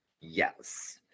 Yes